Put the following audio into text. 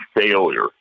failure